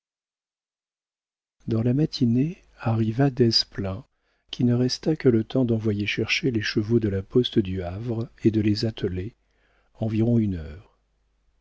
dans la matinée arriva desplein qui ne resta que le temps d'envoyer chercher les chevaux de la poste du havre et de les atteler environ une heure